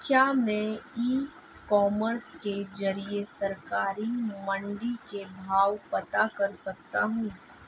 क्या मैं e commerce के ज़रिए सरकारी मंडी के भाव पता कर सकता हूँ?